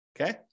Okay